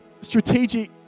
strategic